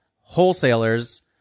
wholesalers